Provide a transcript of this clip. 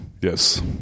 Yes